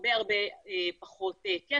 הרבה פחות כסף.